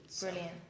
Brilliant